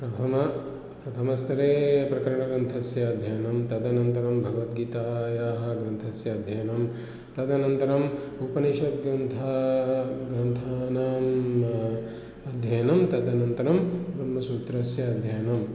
प्रथमः प्रथमस्तरे प्रकरणग्रन्थस्य अध्ययनं तदनन्तरं भगवद्गीतायाः ग्रन्थस्य अध्ययनं तदनन्तरम् उपनिषद्ग्रन्थानां ग्रन्थानाम् अध्ययनं तदनन्तरं ब्रह्मसूत्रस्य अध्ययनम्